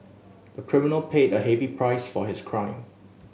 the criminal paid a heavy price for his crime